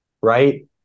Right